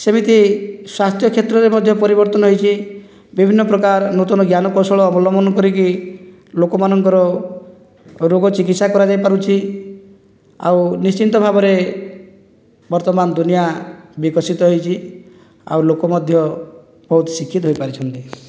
ସେମିତି ସ୍ୱାସ୍ଥ୍ୟ କ୍ଷେତ୍ରରେ ମଧ୍ୟ ପରିବର୍ତ୍ତନ ହୋଇଛି ବିଭିନ୍ନ ପ୍ରକାର ନୂତନ ଜ୍ଞାନକୌଶଳ ଅବଲମ୍ବନ କରିକି ଲୋକମାନଙ୍କର ରୋଗ ଚିକିତ୍ସା କରାଯାଇପାରୁଛି ଆଉ ନିଶ୍ଚିତ ଭାବରେ ବର୍ତ୍ତମାନ ଦୁନିଆ ବିକଶିତ ହୋଇଛି ଆଉ ଲୋକ ମଧ୍ୟ ବହୁତ ଶିକ୍ଷିତ ହୋଇପାରିଛନ୍ତି